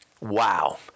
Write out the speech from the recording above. Wow